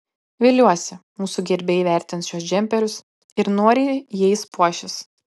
viliuosi mūsų gerbėjai įvertins šiuos džemperius ir noriai jais puošis